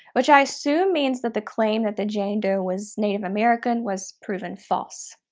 which i assume means that the claim that the jane doe was native american was proven false.